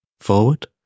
Forward